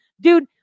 dude